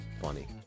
funny